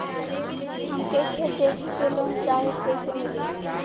हमके खेत देखा के लोन चाहीत कईसे मिली?